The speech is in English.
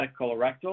colorectal